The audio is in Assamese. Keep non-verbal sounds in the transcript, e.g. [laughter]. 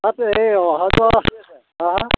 তাত এই অহা যোৱা [unintelligible] হাঁ